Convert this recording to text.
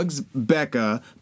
Becca